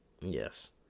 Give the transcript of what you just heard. Yes